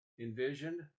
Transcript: envisioned